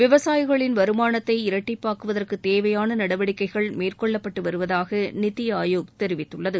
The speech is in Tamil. விவசாயிகளின் வருமானத்தை இரட்டிப்பாக்குவதற்கு தேவையான நடவடிக்கைகள் மேற்கொள்ளப்பட்டு வருவதாக நித்தி ஆயோக் தெரிவித்துள்ளது